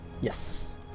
Yes